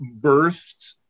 birthed